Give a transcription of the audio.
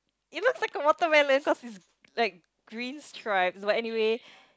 it looks like a watermelon cause it's like green stripes but anyway